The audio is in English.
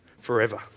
forever